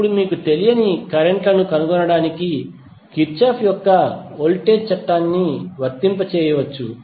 ఇప్పుడు మీరు తెలియని కరెంట్ లను కనుగొనడానికి కిర్చాఫ్ యొక్క వోల్టేజ్ చట్టాన్ని వర్తింపజేయవచ్చు